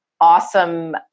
awesome